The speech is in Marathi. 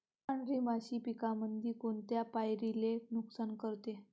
पांढरी माशी पिकामंदी कोनत्या पायरीले नुकसान करते?